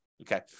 Okay